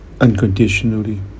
unconditionally